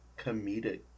comedic